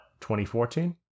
2014